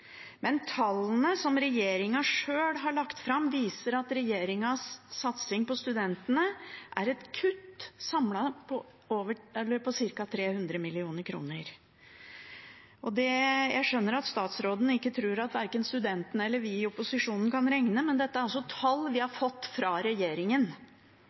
men tallene som regjeringen sjøl har lagt fram, viser at regjeringens satsing på studentene er et samlet kutt på ca. 300 mill. kr. Jeg skjønner at statsråden tror at verken studentene eller vi i opposisjonen kan regne, men dette er altså tall vi har fått fra regjeringen.